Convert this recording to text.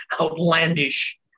outlandish